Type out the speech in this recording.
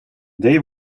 they